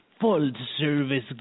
full-service